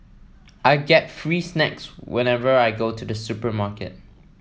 I get free snacks whenever I go to the supermarket